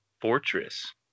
fortress